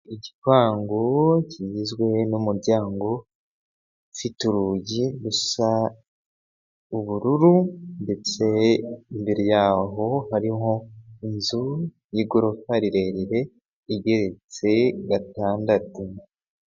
Igipangu kigizwe n'umuryango ufite urugi rusa ubururu ndetse imbere yaho hariho inzu y'igorofa rirerire igeretse gatandatu.